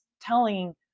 telling